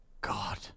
God